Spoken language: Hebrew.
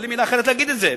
אין לי מלה אחרת להגיד את זה,